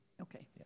Okay